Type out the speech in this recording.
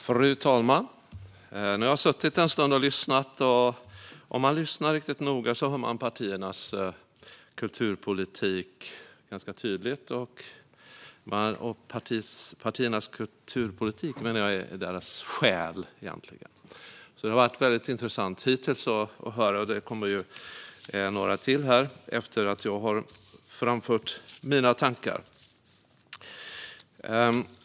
Fru talman! Nu har jag suttit en stund och lyssnat. Om man lyssnar riktigt noga hör man partiernas kulturpolitik ganska tydligt, och jag menar att kulturpolitiken egentligen är partiernas själ. Det har varit väldigt intressant hittills att lyssna, och det kommer ett par talare till efter att jag har framfört mina tankar.